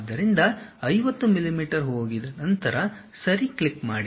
ಆದ್ದರಿಂದ 50 ಮಿಲಿಮೀಟರ್ ಹೋಗಿ ದ ನಂತರ ಸರಿ ಕ್ಲಿಕ್ ಮಾಡಿ